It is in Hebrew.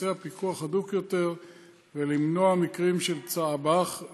לבצע פיקוח הדוק יותר ולמנוע מקרים של צער בעלי חיים,